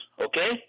okay